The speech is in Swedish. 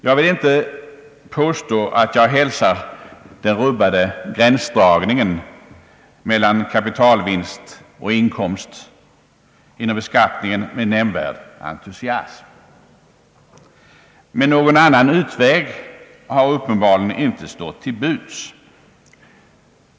Jag vill inte påstå att jag hälsar den rubbade gränsdragningen mellan kapitalvinst och inkomst inom beskattningen med nämnvärd entusiasm. Men någon annan utväg har uppenbarligen inte stått till buds.